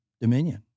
dominion